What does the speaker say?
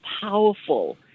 powerful